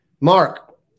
Mark